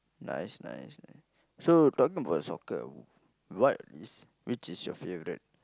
nice nice nice so talking about soccer what is which is your favourite